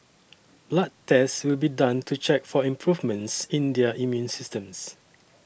blood tests will be done to check for improvements in their immune systems